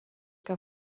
que